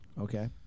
Okay